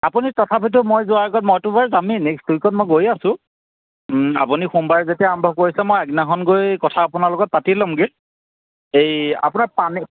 আপুনি তথাপিতো মই যোৱাৰ আগত মইটো বাৰু যামেই নেক্সট উইকত মই গৈয়ে আছোঁ আপুনি সোমবাৰে যেতিয়া আৰম্ভ কৰিছে মই আগদিনাখন গৈ কথা আপোনাৰ লগত পাতি ল'মগৈ এই আপোনাৰ পানী